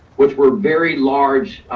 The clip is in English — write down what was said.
which were very large,